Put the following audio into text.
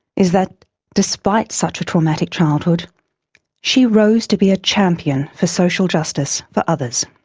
is that despite such a traumatic childhood she rose to be a champion for social justice for others.